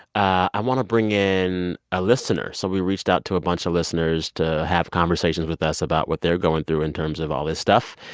i want to bring in a listener. so we reached out to a bunch of listeners to have conversations with us about what they're going through in terms of all this stuff,